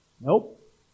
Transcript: Nope